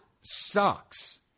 sucks